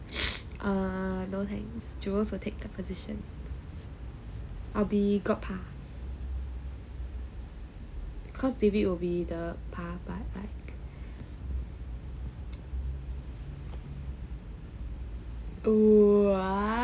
err no thanks jewels will take the position I'll be god pa cause david will be the pa